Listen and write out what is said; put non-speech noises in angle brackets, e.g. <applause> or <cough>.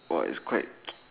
!wah! it's quite <noise>